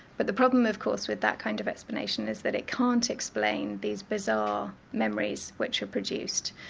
but the problem of course with that kind of explanation is that it can't explain these bizarre memories which are produced.